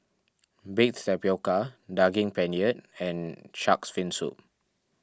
Baked Tapioca Daging Penyet and Shark's Fin Soup